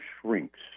shrinks